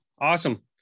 Awesome